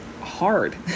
hard